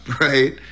right